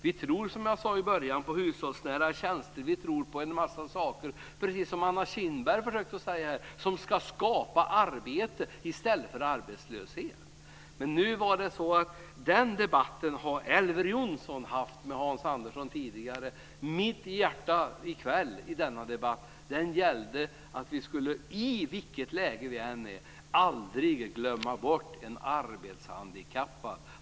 Vi tror, som jag sade i början, på hushållsnära tjänster. Vi tror på en massa saker - precis som Anna Kinberg försökte säga - som ska skapa arbete i stället för arbetslöshet. Den debatten har Elver Jonsson haft med Hans Andersson tidigare. Min hjärtefråga i kvällens debatt är att vi, oavsett vilket läge vi är i, aldrig får glömma bort de arbetshandikappade.